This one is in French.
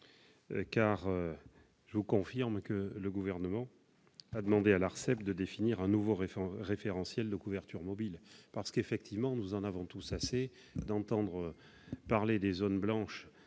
: je vous confirme que le Gouvernement a demandé officiellement à l'ARCEP de définir un nouveau référentiel de couverture mobile. En effet, nous en avons tous assez d'entendre parler des zones blanches